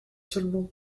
seulement